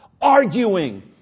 arguing